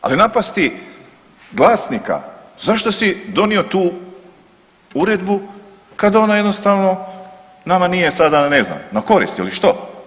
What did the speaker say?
Ali napasti glasnika, zašto si donio tu uredbu kada ona jednostavno nama nije sada ne znam, na korist ili što?